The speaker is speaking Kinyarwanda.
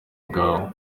bwawe